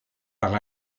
par